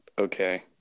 Okay